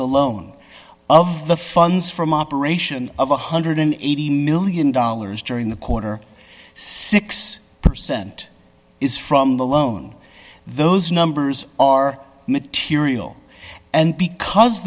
the loan of the funds from operation of one hundred and eighty million dollars during the quarter six percent is from the loan those numbers are material and because